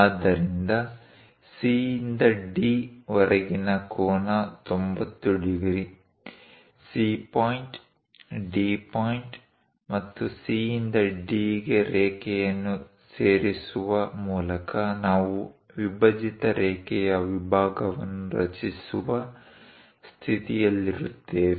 ಆದ್ದರಿಂದ C ಯಿಂದ D ವರೆಗಿನ ಕೋನ 90 degree C point D point ಮತ್ತು C ಯಿಂದ D ಗೆ ರೇಖೆಯನ್ನು ಸೇರುಸುವ ಮೂಲಕ ನಾವು ವಿಭಜಿತ ರೇಖೆಯ ವಿಭಾಗವನ್ನು ರಚಿಸುವ ಸ್ಥಿತಿಯಲ್ಲಿರುತ್ತೇವೆ